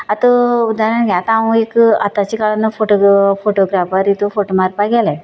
आतां जाणां आतां हांव एक आताच्या काळांत फोटो फोटोग्राफान हितून फोट मारपाक गेलें